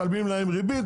משלמים להם ריבית,